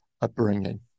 upbringing